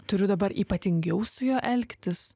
turiu dabar ypatingiau su juo elgtis